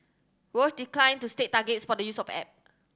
Roche declined to state targets for the use of app